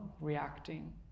reacting